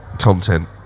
content